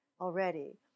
already